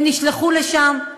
הם נשלחו לשם,